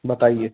बताइए